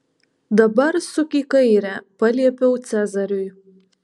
dabar suk į kairę paliepiau cezariui